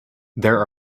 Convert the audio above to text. there